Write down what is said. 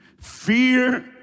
Fear